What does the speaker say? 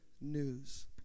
news